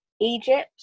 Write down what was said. egypt